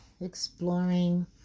exploring